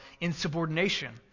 insubordination